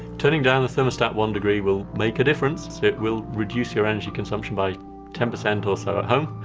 turning down a thermostat one degree will make a difference. it will reduce your energy consumption by ten percent or so at home.